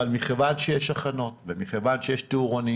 אבל מכיוון שיש הכנות ומכיוון שיש תאורנים